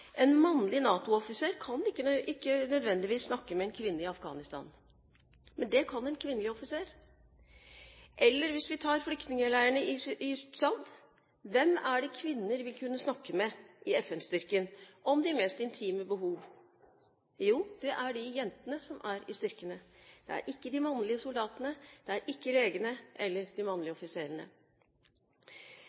En mannlig NATO-offiser kan ikke nødvendigvis snakke med en kvinne i Afghanistan, men det kan en kvinnelig offiser. Eller hvis vi tar flyktningleirene i Tsjad: Hvem er det kvinner vil kunne snakke med i FN-styrken om de mest intime behov? Jo, det er de jentene som er i styrkene. Det er ikke de mannlige soldatene. Det er ikke legene eller de mannlige offiserene.